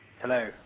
Hello